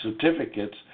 certificates